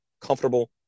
comfortable